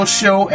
show